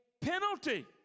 penalty